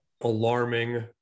alarming